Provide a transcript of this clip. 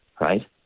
right